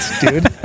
dude